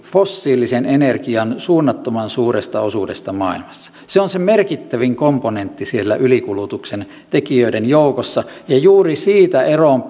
fossiilisen energian suunnattoman suuresta osuudesta maailmassa se on se merkittävin komponentti siellä ylikulutuksen tekijöiden joukossa ja juuri siitä eroon